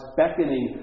beckoning